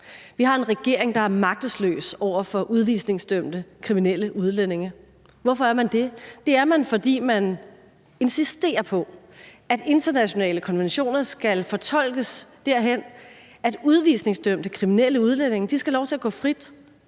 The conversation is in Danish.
Vi har en regering, der er magtesløs over for udvisningsdømte kriminelle udlændinge. Hvorfor er man det? Det er man, fordi man insisterer på, at internationale konventioner skal fortolkes derhen, at udvisningsdømte kriminelle udlændinge skal have lov til at gå frit